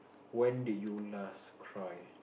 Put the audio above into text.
when did you last cry